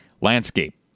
landscape